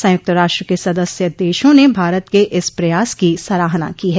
संयुक्त राष्ट्र के सदस्य देशों ने भारत के इस प्रयास की सराहना की है